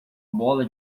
bola